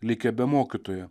likę be mokytojo